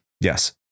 Yes